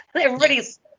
everybody's